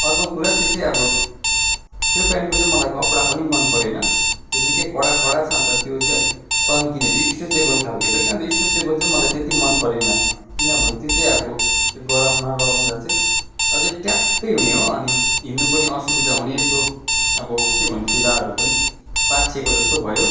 अर्को कुरा त्यो चाहिँ अब त्यो प्यान्टको चाहिँ मलाई कपडा पनि मन परेन त्यो निकै कडा कडा छ अन्त त्यो चाहिँ अलिक तन्किने त्यो इस्ट्रेचेबल खालको छ कि अन्त स्ट्रेचेबल चाहिँ मलाई त्यति मन परेन किनभने त्यो चाहिँ अब गरममा लगाउँदा चाहिँ अझै ट्याप्पै हुने हो अनि हिँड्नु पनि असुविधा हुने यस्तो अब के भन्नु फिलाहरू पनि पाछिएको जस्तो भयो